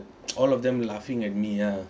all of them laughing at me ah